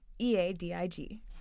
E-A-D-I-G